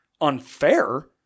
unfair